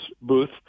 booth